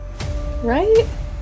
right